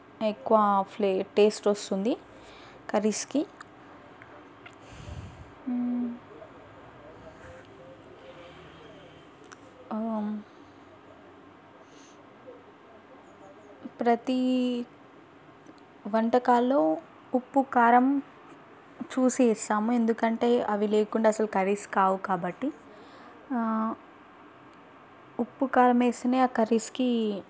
ఎక్కువ ఫ్లే టేస్ట్ వస్తుంది కర్రీస్కి ప్రతీ వంటకాల్లో ఉప్పు కారం చూసి వేస్తాము ఎందుకంటే అవి లేకుండా అసలు కర్రీస్ కావు కాబట్టి ఉప్పు కారం వేస్తేనే ఆ కర్రీస్కి